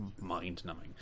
mind-numbing